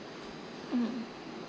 mm